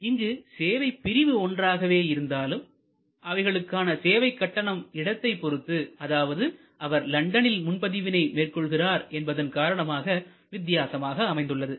இங்கு சேவைப் பிரிவு ஒன்றாகவே இருந்தாலும் அவைகளுக்கான சேவை கட்டணம் இடத்தை பொறுத்து அதாவது அவர் லண்டனில் முன் பதிவினை மேற்கொள்கிறார் என்பதன் காரணமாக வித்தியாசமாக அமைந்துள்ளது